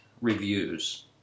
reviews